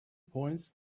points